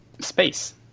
space